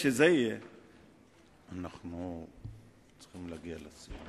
אנחנו צריכים להגיע לסיום.